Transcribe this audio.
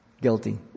Guilty